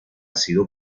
sido